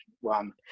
one